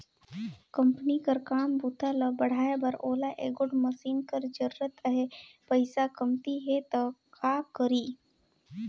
Company कर काम बूता ल बढ़ाए बर ओला एगोट मसीन कर जरूरत अहे, पइसा कमती हे त का करी?